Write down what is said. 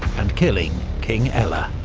and killing king ella.